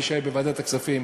מי שהיה בוועדת הכספים,